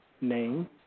name